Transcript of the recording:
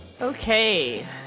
Okay